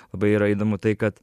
labai yra įdomu tai kad